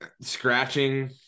scratching